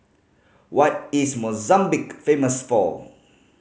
what is Mozambique famous for